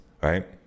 right